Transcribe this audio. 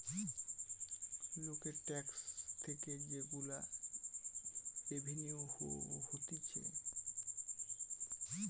লোকের ট্যাক্স থেকে যে গুলা রেভিনিউ হতিছে